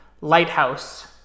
lighthouse